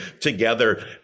together